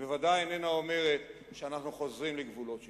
היא בוודאי איננה אומרת שאנחנו חוזרים לגבולות 67',